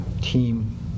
team